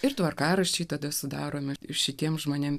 ir tvarkaraščiai tada sudaromi šitiems žmonėms